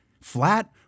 Flat